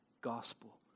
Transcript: gospel